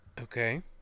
Okay